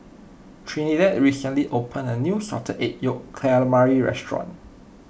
Trinidad recently opened a new Salted Egg Yolk Calamari restaurant